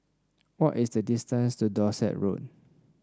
what is the distance to Dorset Road